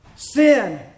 Sin